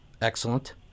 Excellent